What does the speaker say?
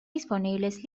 disponibles